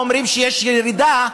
אומרים שיש ירידה,